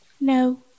no